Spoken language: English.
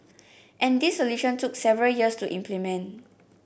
and this solution took several years to implement